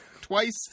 twice